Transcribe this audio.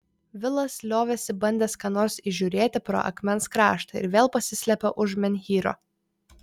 vilas liovėsi bandęs ką nors įžiūrėti pro akmens kraštą ir vėl pasislėpė už menhyro